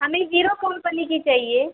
हमे Hero company की चाहिए